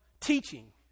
teaching